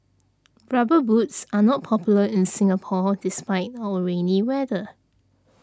rubber boots are not popular in Singapore despite our rainy weather